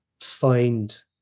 find